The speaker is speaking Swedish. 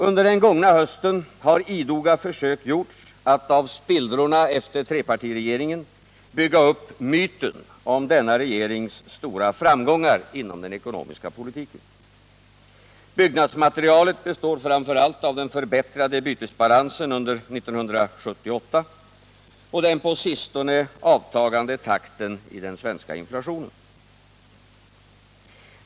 Under den gångna hösten har idoga försök gjorts att av spillrorna efter trepartiregeringen bygga upp myten om denna regerings stora framgångar inom den ekonomiska politiken. Byggnadsmaterialet består framför allt av den förbättrade bytesbalansen under 1978 och den på sistone avtagande takten iden svenska inflationen.